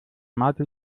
martin